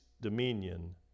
dominion